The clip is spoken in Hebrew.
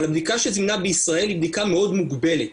אבל הבדיקה בישראל היא בדיקה מאוד מוגבלת.